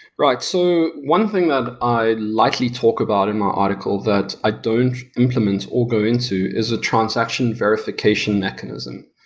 right. so one thing that i likely talk about in my article that i don't implement, i'll go into, is a transaction verification mechanism.